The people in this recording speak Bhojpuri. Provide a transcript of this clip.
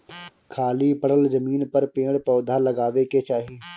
खाली पड़ल जमीन पर पेड़ पौधा लगावे के चाही